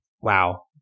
wow